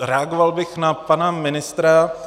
Reagoval bych na pana ministra.